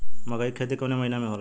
मकई क खेती कवने महीना में होला?